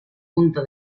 punto